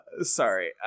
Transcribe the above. Sorry